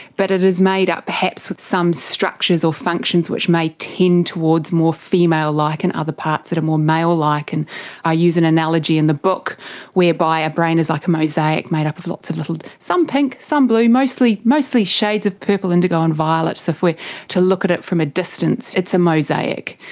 but it is made up perhaps with some structures or functions which may tend towards more female-like and other parts that are more male-like. and i use an analogy in the book whereby our brain is like a mosaic made up of lots of little, some pink, some blue, mostly mostly shades of purple, indigo and violet. so if we were to look at it from a distance it's a mosaic,